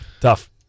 Tough